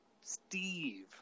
Steve